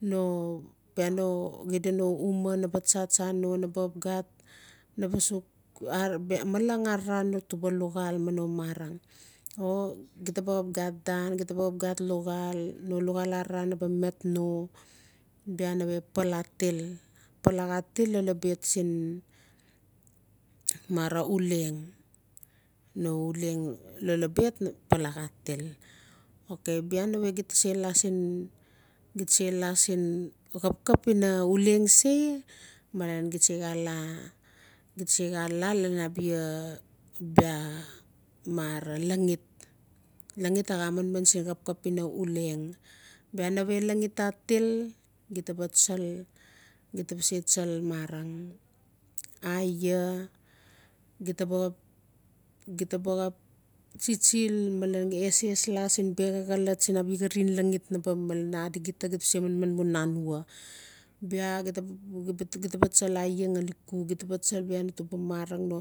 No bia naxida no umaa na baa tsatsa na baa xap xat na baa sux malang arara no tuba luxal mi no marang o xeta baa xap xat dan ceta baa xap xat luxal no luxal arara na baa met no bia nave pal atil pal axa til lolobet sin marang uleng no uleng lolobet pal axa til okay bia nave xeta sela sin ceta selasin xapxap ina uleng se malen xeta se xaa laa lalan abia bia marang laxit a xaa manman lalan xapxap ina uleng bia nave laxit atil xeta tsal xeta baa se tsa mara aia xeta baa xap tsitsil malen eses laa sin bexa xolot sin abia xarin laxit malan ase adi xeda malen xeda manman mu nanwa bia xeta baa tsal aia xale cook xeta baa tsal abia no tuba mara no